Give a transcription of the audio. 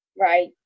right